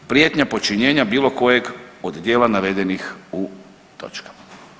Prijetnja počinjenja bilo kojeg od djela navedenih u točkama.